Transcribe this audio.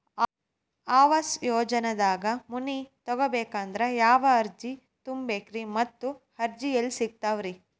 ಆವಾಸ ಯೋಜನೆದಾಗ ಮನಿ ತೊಗೋಬೇಕಂದ್ರ ಯಾವ ಅರ್ಜಿ ತುಂಬೇಕ್ರಿ ಮತ್ತ ಅರ್ಜಿ ಎಲ್ಲಿ ಸಿಗತಾವ್ರಿ?